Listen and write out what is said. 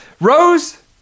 Rose